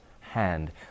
hand